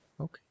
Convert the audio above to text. okay